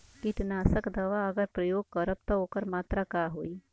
कीटनाशक दवा अगर प्रयोग करब त ओकर मात्रा का होई?